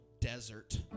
desert